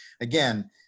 Again